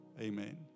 Amen